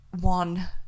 one